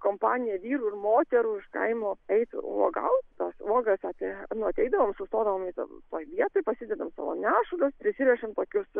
kompanija vyrų ir moterų iš kaimo eis uogaut tas uogas atėję nuo ateidavom sustodavom toj vietoj pasidedam savo nešulius prisirišam tokius